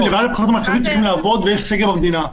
לוועדת הבחירות המרכזית לעבוד ויש סגר במדינה,